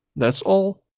that's all.